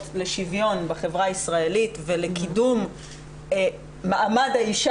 לשוויון בחברה הישראלית ולקידום מעמד האישה,